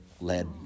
led